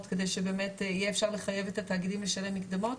כדי שבאמת יהיה אפשר לחייב את התאגידים לשלם מקדמות,